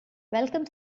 welcome